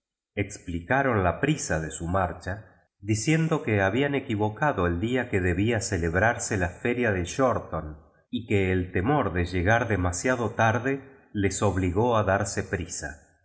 explicaron la prisa de su marcha diciendo que habían equivocado el día que debía celeel fantasma de canterville toarse la feria de hortoii y que el temor de llegnr demasiado tarde les obligó a brae prisa